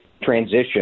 transition